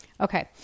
Okay